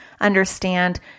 understand